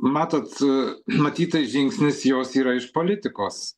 matot matyt tai žingsnis jos yra iš politikos